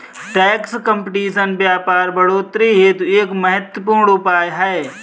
tax competition व्यापार बढ़ोतरी हेतु एक महत्वपूर्ण उपाय है